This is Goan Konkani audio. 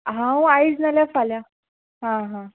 हांव आयज ना जाल्यार फाल्यां हां हां